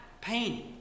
pain